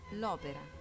l'Opera